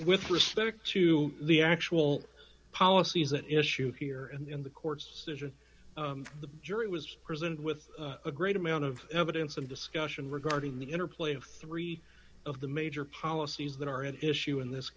with respect to the actual policy is at issue here and in the court's decision the jury was presented with a great amount of evidence and discussion regarding the interplay of three of the major policies that are at issue in this